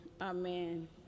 amen